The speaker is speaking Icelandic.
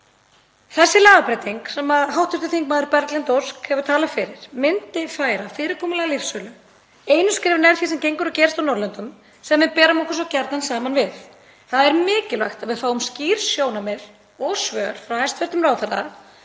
Þessi lagabreyting sem hv. þm. Berglind Ósk hefur talað fyrir myndi færa fyrirkomulag lyfsölu einu skrefi nær því sem gengur og gerist á Norðurlöndunum sem við berum okkur svo gjarnan saman við. Það er mikilvægt að við fáum skýr sjónarmið og svör frá hæstv. ráðherra